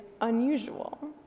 unusual